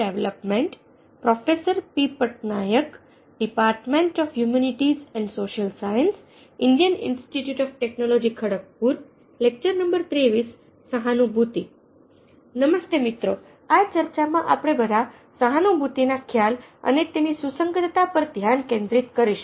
નમસ્તે મિત્રો આ ચર્ચામાં આપણે બધા સહાનુભૂતિના ખ્યાલ અને તેની સુસંગતતા પર ધ્યાન કેન્દ્રિત કરીશું